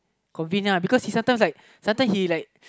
convenient because he sometimes like sometimes he like